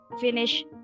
finish